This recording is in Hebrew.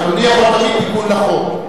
אדוני יכול להביא תיקון לחוק.